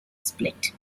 split